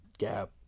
Gap